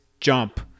jump